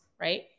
right